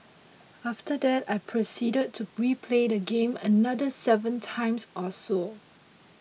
after that I proceeded to replay the game another seven times or so